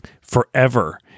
forever